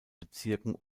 bezirken